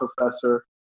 professor